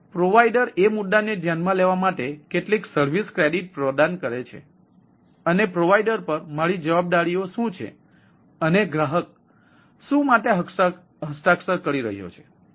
તેથી પ્રોવાઇડર એ મુદ્દાને ધ્યાનમાં લેવા માટે કેટલી સર્વિસ ક્રેડિટ પ્રદાન કરે છે અને પ્રોવાઇડર પર મારી જવાબદારીઓ શું છે અને ગ્રાહક શું માટે હસ્તાક્ષર કરી રહ્યો છે